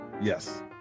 yes